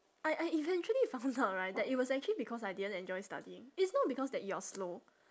I I eventually found out right that it was actually because I didn't enjoy studying it's not because that you are slow